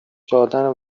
دادن